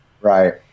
Right